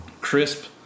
crisp